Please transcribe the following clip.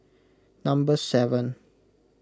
number seven